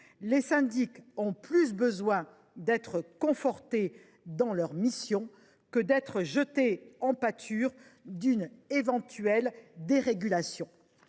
les syndics ont plus besoin d’être confortés dans leurs missions que d’être jetés en pâture d’une éventuelle dérégulation.